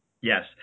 Yes